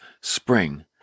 spring